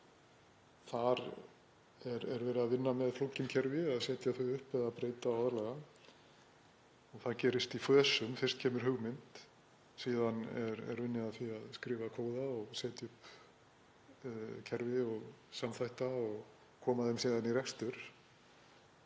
Þar er verið að vinna með flókin kerfi, setja þau upp eða breyta og aðlaga og það gerist í fösum. Fyrst kemur hugmynd. Síðan er unnið að því að skrifa kóða og setja upp kerfi og samþætta og koma þeim í rekstur.